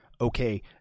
okay